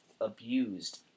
abused